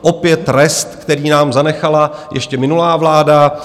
Opět rest, který nám zanechala ještě minulá vláda.